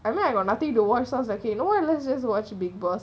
I know I got nothing to watch so I was okay you know let's just watch big boss